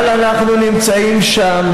אבל אנחנו נמצאים שם.